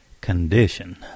Condition